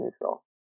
neutral